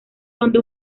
donde